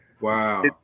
Wow